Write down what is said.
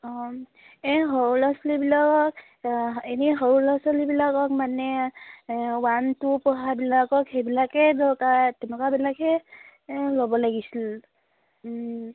অঁ এই সৰু ল'ৰা ছোৱালীবিলাকক এনেই সৰু ল'ৰা ছোৱালীবিলাকক মানে ওৱান টু পঢ়াবিলাকক সেইবিলাকেই দৰকাৰ তেনেকুৱাবিলাকে ল'ব লাগিছিল